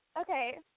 Okay